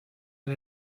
and